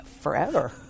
forever